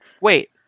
wait